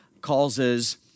causes